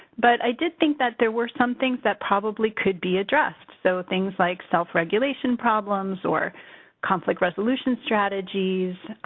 but i did think that there were some things that probably could be addressed. so, things like self-regulation problems, or conflict resolution strategies,